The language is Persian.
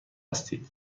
هستید